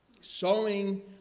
Sowing